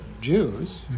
Jews